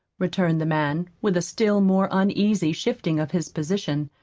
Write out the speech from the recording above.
returned the man, with a still more uneasy shifting of his position.